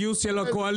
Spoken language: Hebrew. גיוס של הקואליציה,